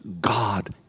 God